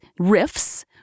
riffs